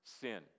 sin